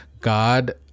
God